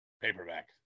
Paperback